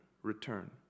Return